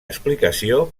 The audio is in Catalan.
explicació